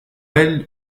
elle